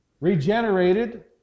regenerated